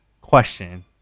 question